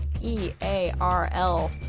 E-A-R-L